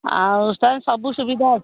ଆଉ ତାହେଲେ ସବୁ ସୁବିଧା ଅଛି